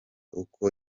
uko